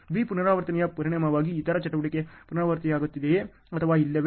B ಪುನರಾವರ್ತನೆಯ ಪರಿಣಾಮವಾಗಿ ಇತರ ಚಟುವಟಿಕೆಗಳು ಪುನರಾವರ್ತನೆಯಾಗುತ್ತವೆಯೇ ಅಥವಾ ಇಲ್ಲವೇ